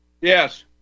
Yes